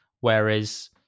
Whereas